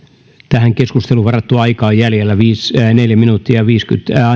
tähän keskusteluun varattua aikaa on nyt jäljellä neljä minuuttia